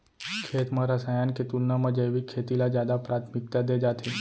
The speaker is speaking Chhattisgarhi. खेत मा रसायन के तुलना मा जैविक खेती ला जादा प्राथमिकता दे जाथे